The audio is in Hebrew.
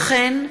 כמו כן,